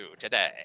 today